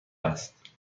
است